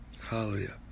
hallelujah